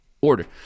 order